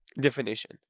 definition